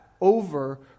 over